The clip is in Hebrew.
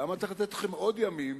למה צריך לתת לכם עוד ימים